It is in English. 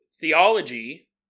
theology